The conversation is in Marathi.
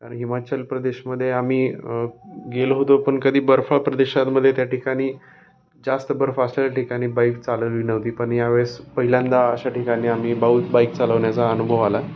कारण हिमाचल प्रदेशमध्ये आम्ही गेलो होतो पण कधी बर्फाळ प्रदेशामध्ये त्या ठिकाणी जास्त बर्फ असलेल्या ठिकाणी बाईक चालवली नव्हती पण यावेळेस पहिल्यांदा अशा ठिकाणी आम्ही बहूत बाईक चालवण्याचा अनुभव आला